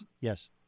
Yes